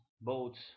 boats